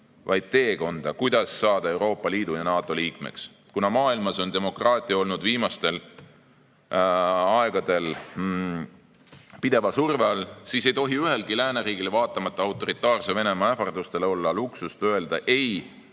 vaid teekonda, kuidas saada Euroopa Liidu ja NATO liikmeks. Kuna maailmas on demokraatia olnud viimased tosin aastat pideva surve all, siis ei tohi ühelgi lääneriigil vaatamata autoritaarse Venemaa ähvardustele olla luksust öelda "ei"